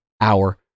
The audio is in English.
hour